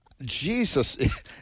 Jesus